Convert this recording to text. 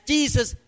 Jesus